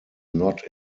not